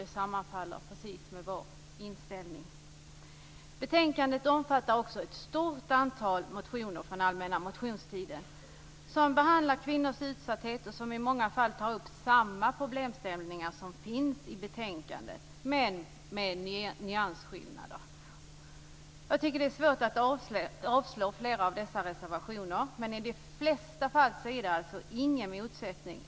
Detta sammanfaller alltså med vår inställning. Betänkandet omfattar också ett stort antal motioner från allmänna motionstiden. Där behandlas frågor om kvinnors utsatthet. I många fall tas samma problemställningar upp som de som finns i betänkandet, dock med nyansskillnader. Jag tycker att det är svårt med avslag beträffande flera av dessa reservationer. I de flesta fall föreligger alltså ingen motsättning.